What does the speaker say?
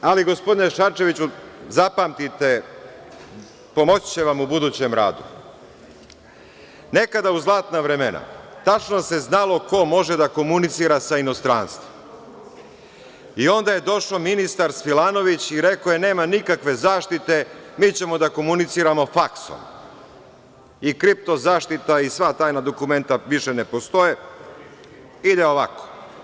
Ali, gospodine Šarčeviću, zapamtite, pomoći će vam u budućem radu, nekada u zlatna vremena tačno se znalo ko može da komunicira sa inostranstvom i onda je došao ministar Svilanović i rekao – nema nikakve zaštite, mi ćemo da komuniciramo faksom, i kripto zaštita i sva tajna dokumenta više ne postoje, ide ovako.